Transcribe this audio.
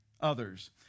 others